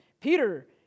Peter